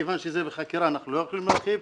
מכיוון שזה בחקירה, אנחנו לא יכולים להרחיב.